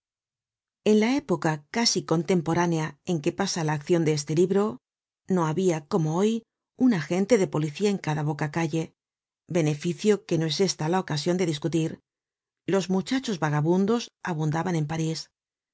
en la época casi contemporánea en que pasa la accion de este libro no habia como hoy un agente de policía en cada boca-calle beneficio que no es esta la ocasion de discutir los muchachos vagabundos abundaban en parís